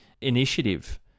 initiative